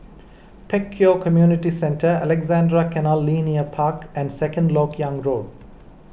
Pek Kio Community Centre Alexandra Canal Linear Park and Second Lok Yang Road